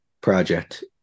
project